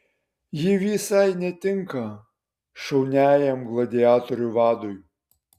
ji visai netinka šauniajam gladiatorių vadui